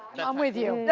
i'm with you. and